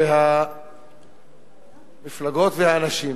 שהמפלגות והאנשים